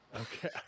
Okay